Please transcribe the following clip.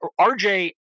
RJ